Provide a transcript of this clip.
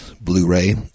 Blu-ray